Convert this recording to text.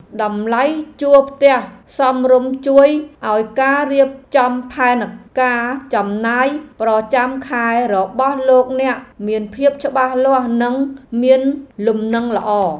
តម្លៃជួលផ្ទះសមរម្យជួយឱ្យការរៀបចំផែនការចំណាយប្រចាំខែរបស់លោកអ្នកមានភាពច្បាស់លាស់និងមានលំនឹងល្អ។